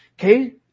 Okay